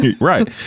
right